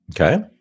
Okay